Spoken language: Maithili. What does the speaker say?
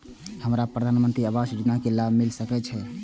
हमरा प्रधानमंत्री आवास योजना के लाभ मिल सके छे?